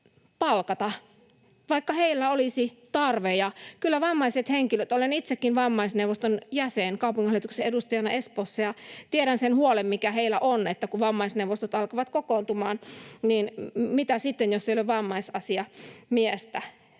palkata, vaikka heille olisi tarve. Olen itsekin vammaisneuvoston jäsen kaupunginhallituksen edustajana Espoossa ja tiedän sen huolen, mikä vammaisilla henkilöillä on, että kun vammaisneuvostot alkavat kokoontumaan, niin mitä sitten, jos ei ole vammaisasiamiestä